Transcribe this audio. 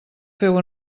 feu